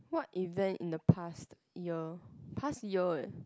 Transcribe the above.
what event in the past year past year eh